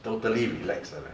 totally relax 的 leh